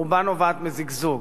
שרובה נובע מזגזוג,